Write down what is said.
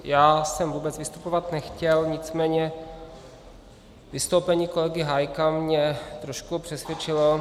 Já jsem vůbec vystupovat nechtěl, nicméně vystoupení kolegy Hájka mě trošku přesvědčilo.